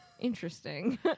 Interesting